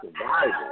survival